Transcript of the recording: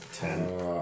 Ten